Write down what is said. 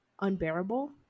unbearable